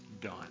done